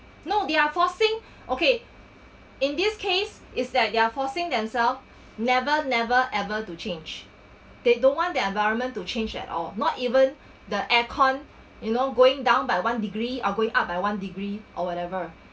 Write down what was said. no they're forcing okay in this case is that they're are forcing themselves never never ever to change they don't want their environment to change at all not even the air con you know going down by one degree or going up by one degree or whatever